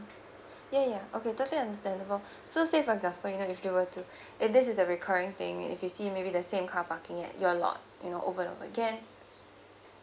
ya ya okay totally understandable so say for example you know if you were to if this is a recurring thing if you see maybe the same car parking at your lot you know over and over again